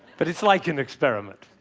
but it's like an experiment.